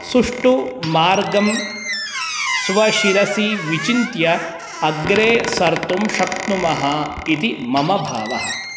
सुष्ठुः मार्गं स्वशिरसि विचिन्त्य अग्रे सर्तुं शक्नुमः इति मम भावः